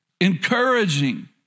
encouraging